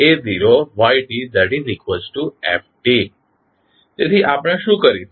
a1dytdta0ytft તેથી આપણે શું કરીશું